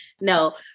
No